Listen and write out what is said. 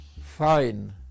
fine